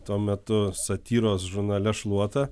tuo metu satyros žurnale šluota